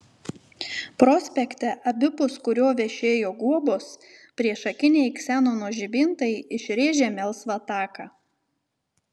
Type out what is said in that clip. prospekte abipus kurio vešėjo guobos priešakiniai ksenono žibintai išrėžė melsvą taką